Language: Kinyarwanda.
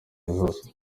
zose